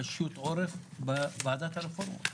קשיות עורף בוועדת הרפורמה.